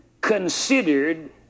considered